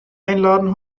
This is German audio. einladen